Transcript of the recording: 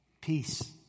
Peace